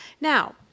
Now